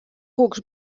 cucs